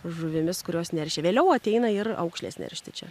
žuvimis kurios neršia vėliau ateina ir aukšlės neršti čia